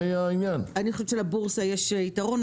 אני חושבת שלבורסה יש יתרון.